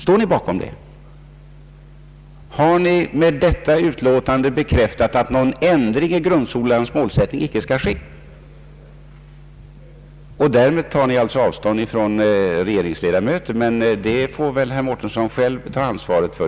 Om ni står bakom det har ni därigenom bekräftat att någon ändring i grundskolans målsättning icke skall ske. Därmed tar ni alltså avstånd från regeringsledamöters uttalanden, men det får herr Mårtensson i så fall själv ta ansvaret för.